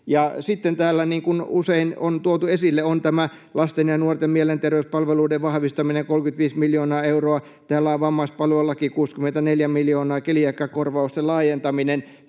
kuin usein on tuotu esille, on tämä lasten ja nuorten mielenterveyspalveluiden vahvistaminen, 35 miljoonaa euroa. Täällä on vammaispalvelulaki, 64 miljoonaa. Keliakiakorvausten laajentaminen,